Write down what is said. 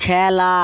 খেলা